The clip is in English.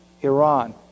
Iran